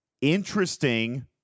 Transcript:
interesting